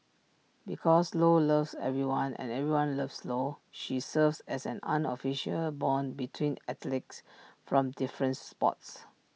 because lo loves everyone and everyone loves lo she serves as an unofficial Bond between athletes from different sports